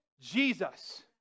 Jesus